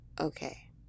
okay